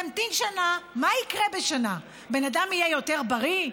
תמתין שנה, מה יקרה בשנה, בן אדם יהיה יותר בריא?